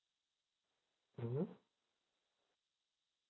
mmhmm